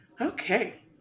Okay